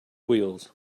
wheels